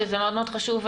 שזה מאוד מאוד חשוב,